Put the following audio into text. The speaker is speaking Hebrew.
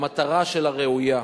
המטרה שלה ראויה.